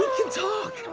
can talk.